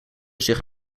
zich